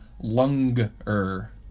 Lunger